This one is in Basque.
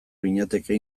ginateke